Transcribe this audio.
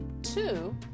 Two